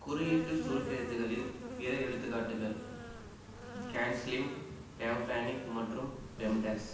குறியீட்டுச் சுருக்கெழுத்துக்களின் பிற எடுத்துக்காட்டுகள் கேன் ஸ்லிம் பேவ்பேனிக் மற்றும் பெம்டேஸ்